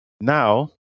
Now